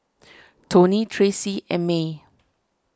Tony Tracy and Maye